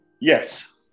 Yes